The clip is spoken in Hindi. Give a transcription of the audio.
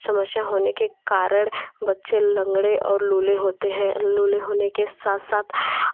समस्या होने के कारण बच्चे लँगड़े और लूले होते हैं लूले होने के साथ साथ